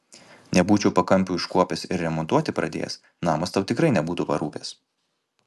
nebūčiau pakampių iškuopęs ir remontuoti pradėjęs namas tau tikrai nebūtų parūpęs